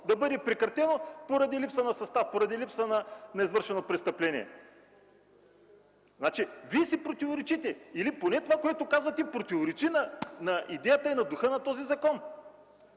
да бъде прекратено поради липса на състав, поради липса на извършено престъпление”! Вие си противоречите или поне това, което казвате, противоречи на идеята и на духа на този закон!